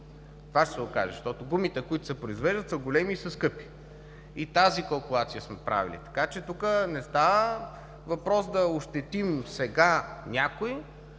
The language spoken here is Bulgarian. Това ще се окаже! Защото гумите, които се произвеждат, са големи и са скъпи. И тази калкулация сме правили. Така че тук не става въпрос да ощетим сега някого,